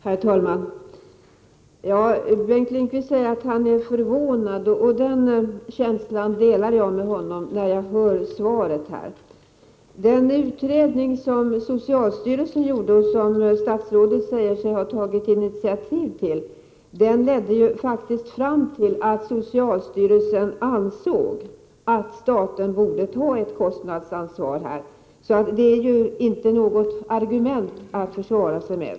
Herr talman! Bengt Lindqvist säger att han är förvånad, och den känslan delar jag med honom när jag hör svaret. Den utredning som socialstyrelsen gjorde och som statsrådet säger sig ha tagit initiativ till ledde faktiskt fram till att socialstyrelsen ansåg att staten borde ta ett kostnadsansvar. Det är inte något argument att försvara sig med.